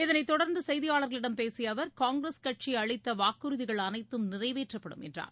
இதனை தொடர்ந்து செய்தியாளர்களிடம் பேசிய அவர் காங்கிரஸ கட்சி அளித்த வாக்குறுதிகள் அனைத்தும் நிறைவேற்றப்படும் என்றார்